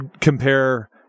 compare